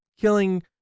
Killing